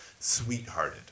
sweethearted